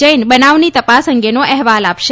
જૈન બનાવની તપાસ અંગેનો અહેવાલ આપશે